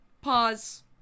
Pause